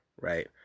right